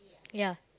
ya